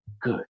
good